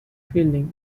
feeling